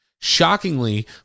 Shockingly